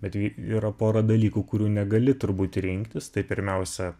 bet vy pora dalykų kurių negali turbūt rinktis tai pirmiausia